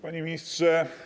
Panie Ministrze!